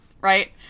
right